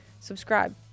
Subscribe